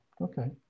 Okay